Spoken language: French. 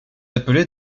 appelé